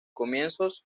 comienzos